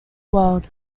world